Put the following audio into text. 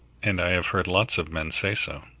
and i have heard lots of men say so.